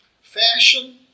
fashion